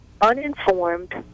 uninformed